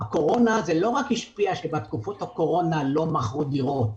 הקורונה זה לא רק שבתקופת הקורונה לא מכרו דירות,